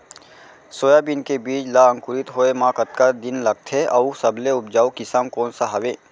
Soybean के बीज ला अंकुरित होय म कतका दिन लगथे, अऊ सबले उपजाऊ किसम कोन सा हवये?